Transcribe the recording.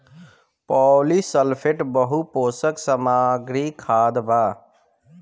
polysulphate बहुपोषक सामग्री खाद बा